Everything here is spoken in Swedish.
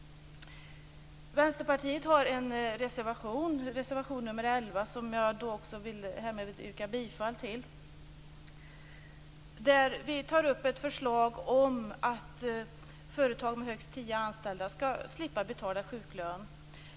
Vänsterpartiet har en reservation, nr 11, som jag härmed vill yrka bifall till. I reservationen föreslår vi att företag med högst tio anställda skall slippa betala sjuklön.